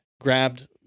grabbed